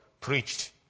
preached